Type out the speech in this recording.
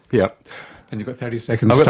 yeah and you've got thirty seconds but